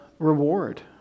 Reward